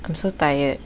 I'm so tired